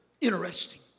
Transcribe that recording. interesting